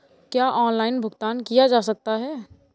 क्या ऑनलाइन भुगतान किया जा सकता है?